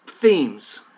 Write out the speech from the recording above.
Themes